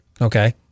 okay